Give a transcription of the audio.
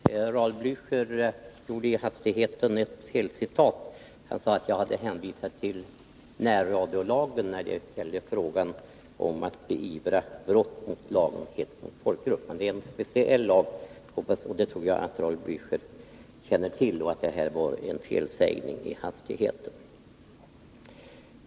Herr talman! Raul Blächer gjorde i hastigheten ett felaktigt påstående. Han sade att jag hade hänvisat till närradiolagen när det gällde frågan om att beivra brott mot lagen om hets mot folkgrupp. Den senare lagen är en speciell lag, och det tror jag att Raul Blächer känner till — detta var bara en felsägning i hastigheten.